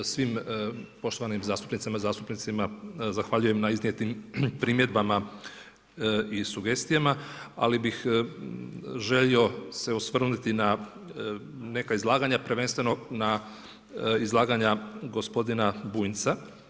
Svim poštovanim zastupnicama i zastupnicima zahvaljujem na iznijetim primjedbama i sugestijama ali bih želio se osvrnuti na neka izlaganja, prvenstveno na izlaganja gospodina Bunjca.